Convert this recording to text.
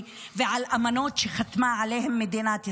ועל אמנות שחתמה עליהן מדינת ישראל.